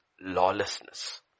lawlessness